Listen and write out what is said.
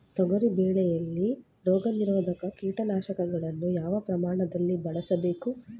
ತೊಗರಿ ಬೆಳೆಯಲ್ಲಿ ರೋಗನಿರೋಧ ಕೀಟನಾಶಕಗಳನ್ನು ಯಾವ ಪ್ರಮಾಣದಲ್ಲಿ ಬಳಸಬೇಕು?